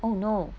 oh no